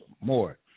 more